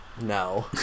No